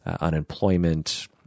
unemployment